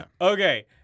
Okay